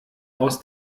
aus